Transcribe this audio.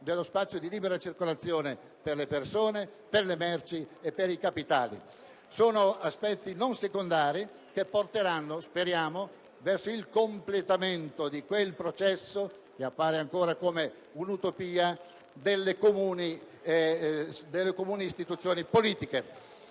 dello spazio di libera circolazione per le persone, per le merci e per i capitali. Sono aspetti non secondari che porteranno, speriamo, verso il completamento di quel processo, che appare ancora come un'utopia, delle comuni istituzioni politiche;